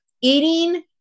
eating